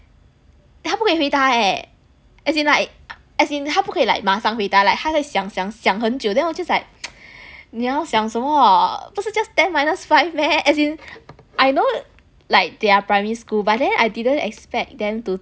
他不会回答 eh as in like as in 他不可以 like 马上回答 like 他在想想想很久 then 我 just like 你要想什么不是 just ten minus five meh as in I know like they're primary school but then I didn't expect them to